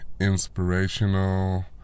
inspirational